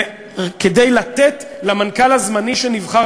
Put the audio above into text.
כדי לתת למנכ"ל הזמני שנבחר,